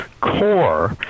core